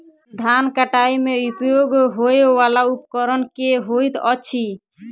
धान कटाई मे उपयोग होयवला उपकरण केँ होइत अछि?